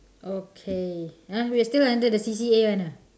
okay !huh! we're still under the C_C_A one ah